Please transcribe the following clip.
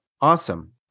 Awesome